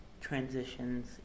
Transitions